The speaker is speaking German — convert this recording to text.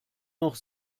noch